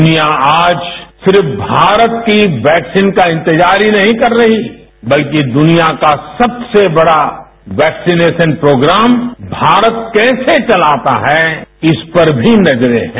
दुनिया आज सिर्फ भारत की वैक्सीन का इंतजार ही नहीं कर रही बल्कि दुनिया का सबसे बड़ा वैक्सीनेशन प्रोग्राम भारत कैसे चलाता है इस पर भी नजरें हैं